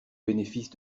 bénéfice